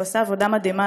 הוא עושה עבודה מדהימה,